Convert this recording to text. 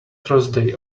thursday